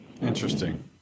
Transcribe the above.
Interesting